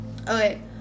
Okay